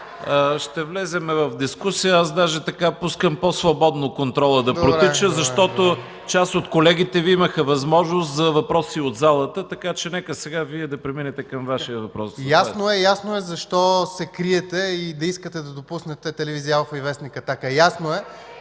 ще влезем в дискусия. Аз даже така пускам по-свободно да протича контрола, защото част от колегите Ви имаха възможност за въпроси от залата. Така че нека сега Вие да преминете към Вашия въпрос. ИЛИАН ТОДОРОВ: Ясно е, ясно е защо се криете и не искате да допуснете телевизия „Алфа” и вестник „Атака”. Ясно е!